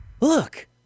Look